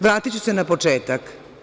Vratiću se na početak.